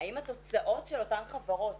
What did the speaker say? האם התוצאות של אותן חברות